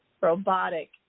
robotic